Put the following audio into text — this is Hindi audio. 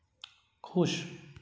खुश